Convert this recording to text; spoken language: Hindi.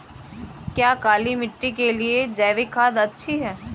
क्या काली मिट्टी के लिए जैविक खाद अच्छी है?